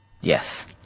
Yes